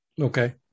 Okay